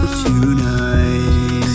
tonight